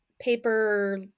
Paper